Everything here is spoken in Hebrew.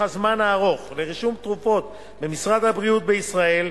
הזמן הארוך לרישום תרופות במשרד הבריאות בישראל,